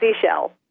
seashell